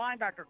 linebacker